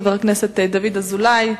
דוד אזולאי,